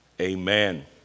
Amen